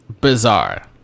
bizarre